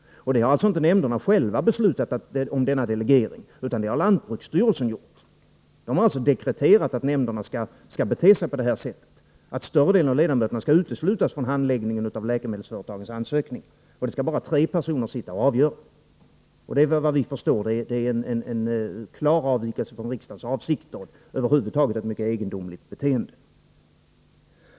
Det är inte nämnderna själva som beslutat om denna delegering, utan det har lantbruksstyrelsen gjort. Man har alltså dekreterat att större delen av ledamöterna skall uteslutas från handläggningen av läkemedelsföretagens ansökningar och att bara tre personer skall fatta beslut i de frågorna. Det är vad vi förstår en klar avvikelse från riksdagens avsikter och över huvud taget ett mycket egendomligt beteende.